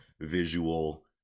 visual